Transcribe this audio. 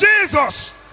Jesus